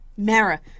Mara